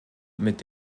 mit